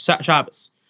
Shabbos